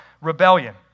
rebellion